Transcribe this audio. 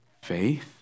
faith